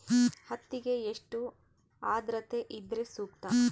ಹತ್ತಿಗೆ ಎಷ್ಟು ಆದ್ರತೆ ಇದ್ರೆ ಸೂಕ್ತ?